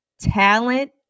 talent